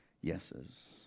yeses